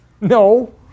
No